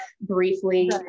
briefly